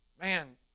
man